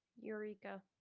Eureka